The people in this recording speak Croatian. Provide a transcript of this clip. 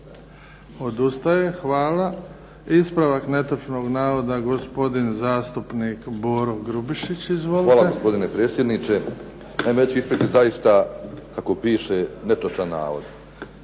Odustaje, hvala. Ispravak netočnog navoda gospodin zastupnik Boro Grubišić. Izvolite. **Grubišić, Boro (HDSSB)** Hvala gospodine predsjedniče. Naime, ja ću ispraviti zaista kako piše netočan navod.